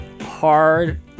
hard